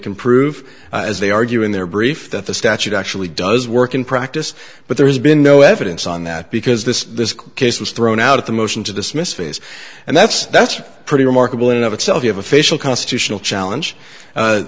can prove as they argue in their brief that the statute actually does work in practice but there has been no evidence on that because the case was thrown out of the motion to dismiss face and that's that's pretty remarkable in of itself you have official constitutional challenge